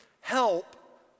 help